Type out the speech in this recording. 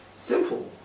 Simple